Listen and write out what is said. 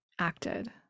acted